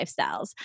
lifestyles